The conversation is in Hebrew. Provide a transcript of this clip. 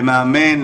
למאמן,